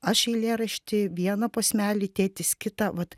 aš eilėraštį vieną posmelį tėtis kitą vat